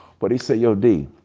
but he said, yo, d,